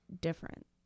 different